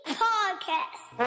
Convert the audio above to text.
podcast